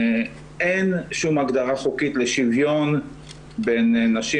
אין שום הגדרה חוקית לשוויון בין נשים